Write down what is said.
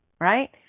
right